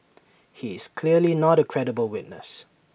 he is clearly not A credible witness